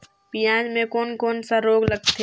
पियाज मे कोन कोन सा रोग लगथे?